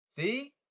See